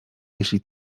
jeśli